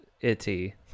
itty